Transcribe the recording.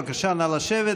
בבקשה, נא לשבת.